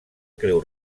creu